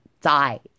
died